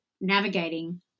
navigating